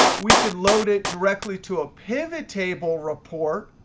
we could load it directly to a pivot table report,